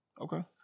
Okay